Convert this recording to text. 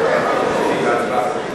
ביקשתי להוסיף אותי להצבעה.